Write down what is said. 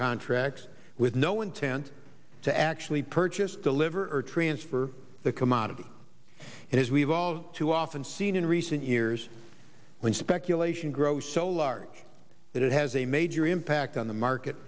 contracts with no intent to actually purchase deliver or transfer the commodity and as we've all too often seen in recent years when speculation grows so large that it has a major impact on the market